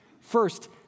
First